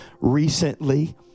recently